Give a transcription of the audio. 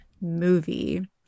movie